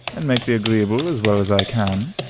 and make the agreeable as well as i can.